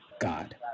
god